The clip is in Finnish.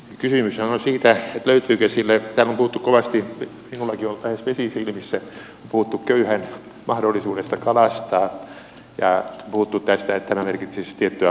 täällä on puhuttu kovasti minullakin on lähes vesi silmissä köyhän mahdollisuudesta kalastaa ja puhuttu tästä että tämä merkitsisi tiettyä maksun korotusta